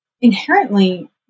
inherently